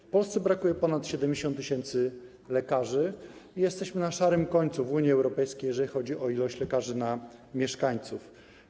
W Polsce brakuje ponad 70 tys. lekarzy i jesteśmy na szarym końcu w Unii Europejskiej, jeśli chodzi o liczbę lekarzy na mieszkańców.